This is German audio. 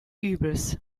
übels